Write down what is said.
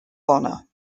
honour